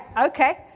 okay